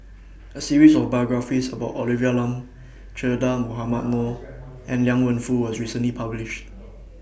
A series of biographies about Olivia Lum Che Dah Mohamed Noor and Liang Wenfu was recently published